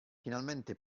finalmente